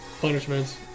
punishments